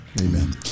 Amen